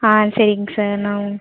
ஆ சரிங்க சார் நான்